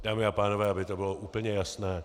Dámy a pánové, aby to bylo úplně jasné.